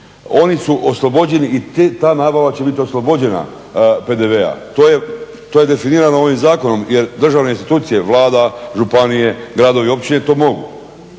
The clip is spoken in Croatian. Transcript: Oni su oslobođeni i ta nabava će biti oslobođena PDV-a. To je definirano ovim zakonom jer državne institucije, Vlada, županije, gradovi i općine to mogu.